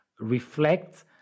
Reflect